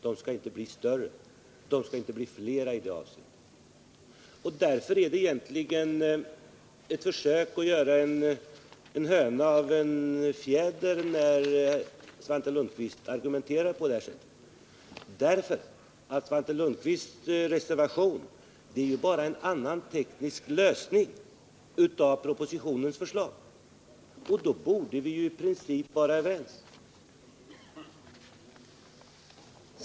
De skall inte bli större, och de skall inte bli fler än i dag. Därför är det egentligen ett försök att göra en höna av en fjäder när Svante Lundkvist argumenterar som han gör. Svante Lundkvists reservation innebär ju bara en annan teknisk lösning av propositionens förslag. Då borde vi i princip vara överens.